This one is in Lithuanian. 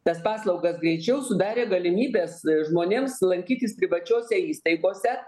tas paslaugas greičiau sudarė galimybes žmonėms lankytis privačiose įstaigose